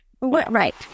Right